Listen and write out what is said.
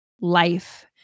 life